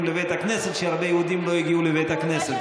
לבית הכנסת כשהרבה יהודים לא הגיעו לבית הכנסת,